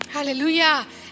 Hallelujah